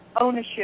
ownership